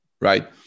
right